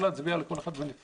אפשר להצביע על כל אחד בנפרד.